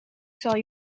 zal